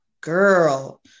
Girl